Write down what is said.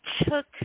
took